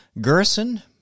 Gerson